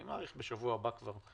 אני מעריך בשבוע הבא כבר,